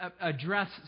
address